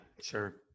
Sure